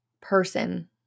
person